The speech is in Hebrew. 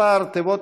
מספר התיבות,